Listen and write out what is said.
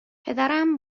پدرم